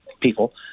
people